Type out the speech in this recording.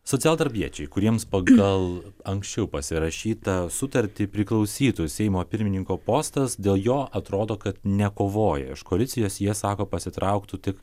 socialdarbiečiai kuriems pagal anksčiau pasirašytą sutartį priklausytų seimo pirmininko postas dėl jo atrodo kad nekovoja iš koalicijos jie sako pasitrauktų tik